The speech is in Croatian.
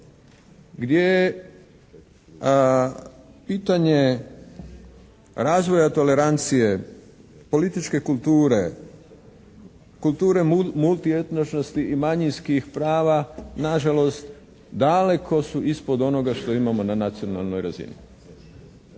Gdje je pitanje razvoja tolerancije, političke kulture, kulture multietničnosti i manjinskih prava na žalost daleko su ispod onoga što imamo na nacionalnoj razini.